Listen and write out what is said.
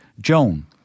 Joan